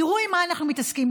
תראו עם מה אנחנו מתעסקים,